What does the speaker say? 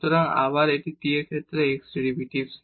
সুতরাং আবার এটি t এর ক্ষেত্রে x এর ডেরিভেটিভ